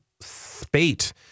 spate